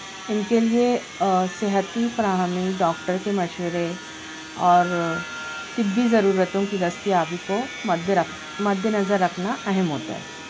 ان کے لیے صحت کی فراہمی ڈاکٹر کے مشورے اور طبی ضرورتوں کی دستیابی کو مد رکھ مد نظر رکھنا اہم ہوتا ہے